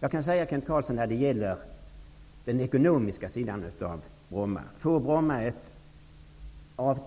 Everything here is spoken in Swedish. Vidare har vi frågan om ekonomin för Bromma, Kent